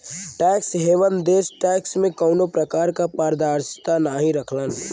tax haven देश tax में कउनो प्रकार क पारदर्शिता नाहीं रखलन